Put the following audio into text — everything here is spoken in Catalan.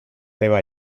teva